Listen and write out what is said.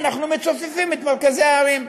אנחנו מצופפים את מרכזי הערים.